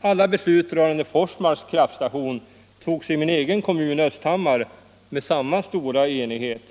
Alla beslut rörande Forsmarks kraftstation togs i min egen kommun Östhammar med samma stora enighet.